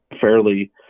fairly